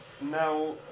now